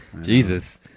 Jesus